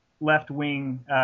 left-wing